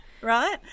Right